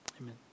amen